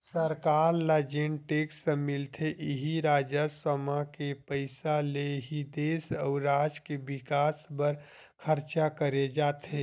सरकार ल जेन टेक्स मिलथे इही राजस्व म के पइसा ले ही देस अउ राज के बिकास बर खरचा करे जाथे